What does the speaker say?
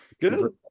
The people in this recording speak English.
good